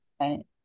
Right